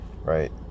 right